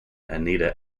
anita